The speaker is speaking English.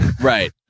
Right